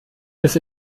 bis